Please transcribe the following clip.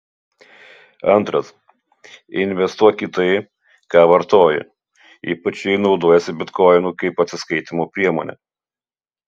antras investuok į tai ką vartoji ypač jei naudojiesi bitkoinu kaip atsiskaitymo priemone